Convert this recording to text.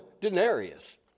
denarius